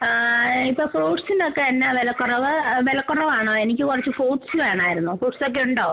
ഇപ്പം ഫ്രൂട്ട്സിനൊക്കെ എന്താണ് വിലക്കുറവ് വിലക്കുറവാണോ എനിക്ക് കുറച്ച് ഫ്രൂട്ട്സ് വേണമായിരുന്നു ഫ്രൂട്ട്സ് ഒക്കെ ഉണ്ടോ